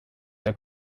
der